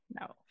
no